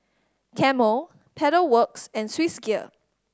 Camel Pedal Works and Swissgear